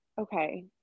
okay